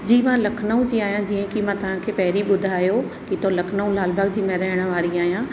जी मां लखनऊ जी आहियां जीअं की मां तव्हांखे पहिरीं ॿुधायो की हितां लखनऊ लालबाग जी मां रहण वारी आहियां